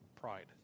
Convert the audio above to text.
pride